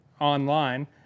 online